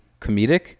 comedic